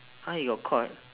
!huh! you got caught